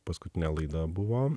paskutinė laida buvo